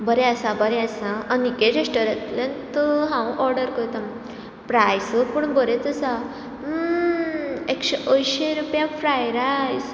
बरें आसा बरें आसा अनिकेत रेस्टोरंटांतल्यान हांव ऑर्डर करता प्रायस पूण बरीच आसा एकशे अंयशीं रुपया फ्राय रायस